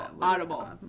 Audible